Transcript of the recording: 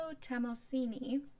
Tamosini